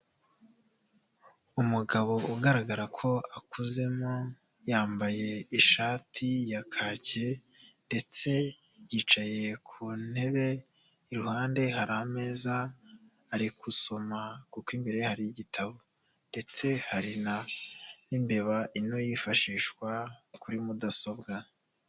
Umugabo ugaragara ko akuzemo yambaye ishati ya kake ndetse yicaye ku ntebe, iruhande hari ameza ari gusoma kuko imbere ye hariho igitabo ndetse hari n'imbeba ino yifashishwa kuri mudasobwa.